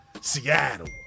Seattle